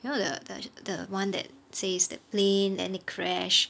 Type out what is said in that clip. you know the the the [one] that says that plane then it crash